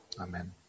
Amen